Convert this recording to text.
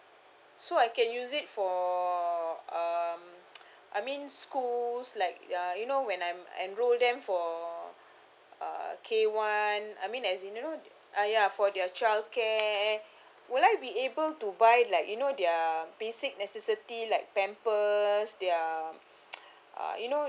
so I can use it for um I mean schools like uh you know when I'm enrol them for uh K_one I mean as in you know uh ya for their childcare would I be able to buy like you know their basic necessity like pampers their uh you know